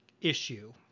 issue